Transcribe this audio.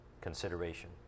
consideration